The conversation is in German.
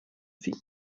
für